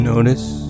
Notice